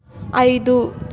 ಐದು